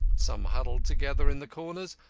some huddled together in the corners,